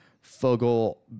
Fogle